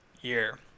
year